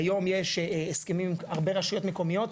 כיום יש הסכמים עם הרבה רשויות מקומיות,